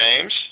James